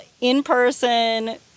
in-person